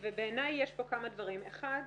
בעיניי יש פה כמה דברים: אחד,